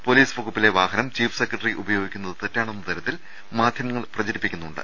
police വകുപ്പിലെ വാഹനം chief secretary ഉപയോഗിക്കു ന്നത് തെറ്റാണെന്ന തരത്തിൽ മാധ്യമങ്ങൾ പ്രചരിപ്പിക്കുന്നുണ്ട്